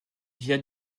vient